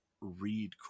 read